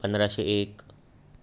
पंधराशे एक